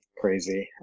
crazy